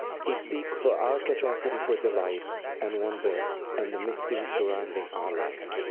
he speaks for our capacity for delight and wonder and the mystery surrounding our life.